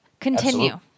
continue